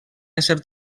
ésser